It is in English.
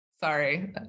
Sorry